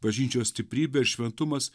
bažnyčios stiprybė ir šventumas